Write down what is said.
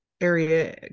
area